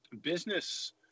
business